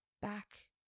back